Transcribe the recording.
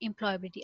employability